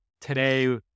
today